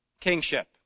kingship